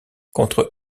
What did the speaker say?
contre